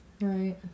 right